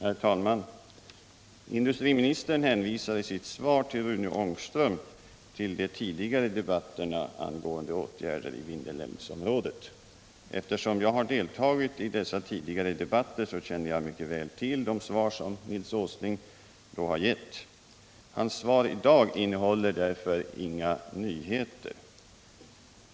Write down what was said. Herr talman! Industriministern hänvisar i sitt svar till Rune Ångström till de tidigare debatterna angående åtgärder i Vindelälvsområdet. Eftersom jag deltagit i dessa tidigare debatter känner jag mycket väl till de svar som Åsling då har givit. Hans svar i dag innehåller inga nyheter.